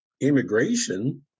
immigration